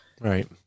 Right